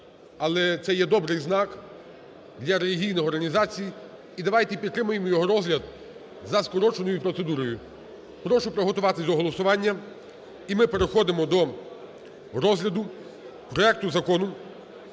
але це є добрий знак для релігійних організацій, і давайте підтримаємо його розгляд за скороченою процедурою. Прошу приготуватись до голосування. І ми переходимо до розгляду проекту Закону